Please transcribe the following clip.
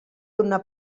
una